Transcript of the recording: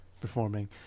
performing